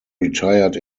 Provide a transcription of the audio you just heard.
retired